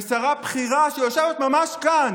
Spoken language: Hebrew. ושרה בכירה, שיושבת ממש כאן,